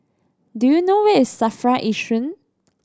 do you know where is SAFRA Yishun